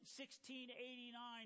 1689